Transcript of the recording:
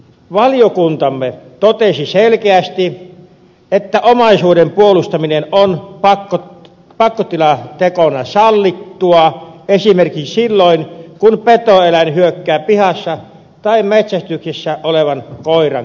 valiokuntamme totesi selkeästi että omaisuuden puolustaminen on pakkotilatekona sallittua esimerkiksi silloin kun petoeläin hyökkää pihassa tai metsästyksessä olevan koiran kimppuun